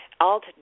Alt